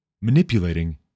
manipulating